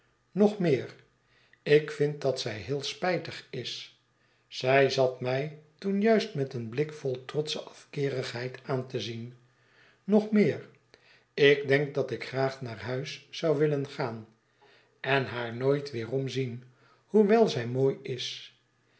nog meer ik vind dat zij heel spijtig is zij zat my toen juist met een blik vol trotsche afkeerigheid aan te zien nog meer ik denk dat ik graag naar huis zou willen gaan en haar nooit weerom zien hoewel zij mooi is